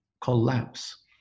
collapse